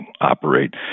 operate